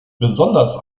besonders